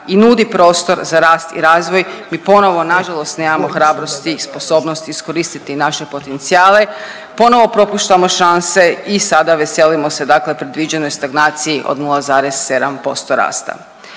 i nudi prostor za rast i razvoj, mi ponovo nažalost nemamo hrabrosti i sposobnosti iskoristiti naše potencijale, ponovo propuštamo šanse i sada veselimo se dakle predviđenoj stagnaciji od 0,7% rasta.